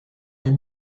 les